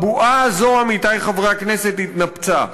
הבועה הזו, עמיתי חברי הכנסת, התנפצה.